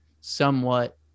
somewhat